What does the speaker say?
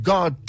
God